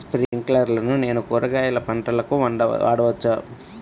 స్ప్రింక్లర్లను నేను కూరగాయల పంటలకు వాడవచ్చా?